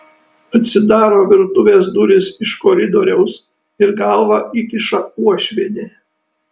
atsidaro virtuvės durys iš koridoriaus ir galvą įkiša uošvienė